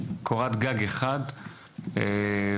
לקורת גג אחת עבור כל המשרדים הרלוונטיים.